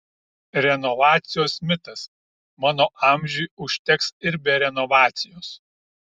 renovacijos mitas mano amžiui užteks ir be renovacijos